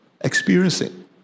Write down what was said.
experiencing